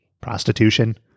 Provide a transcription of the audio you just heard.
prostitution